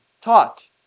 taught